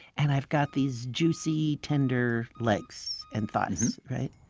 and i've got these juicy, tender legs and thighs